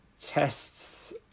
tests